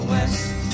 West